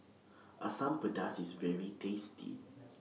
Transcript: Asam Pedas IS very tasty